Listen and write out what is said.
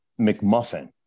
McMuffin